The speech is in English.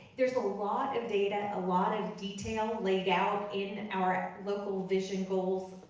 there's a lot of data, a lot of detail laid out in our local vision goals